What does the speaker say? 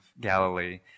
Galilee